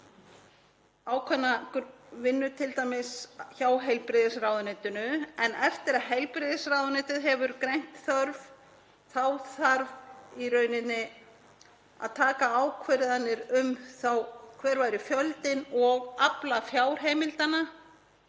ákveðna vinnu, t.d. hjá heilbrigðisráðuneytinu, en eftir að heilbrigðisráðuneytið hefur greint þörf þá þarf í raun að taka ákvarðanir um hver sé fjöldinn og afla fjárheimildanna.